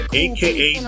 aka